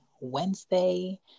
Wednesday